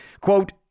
Quote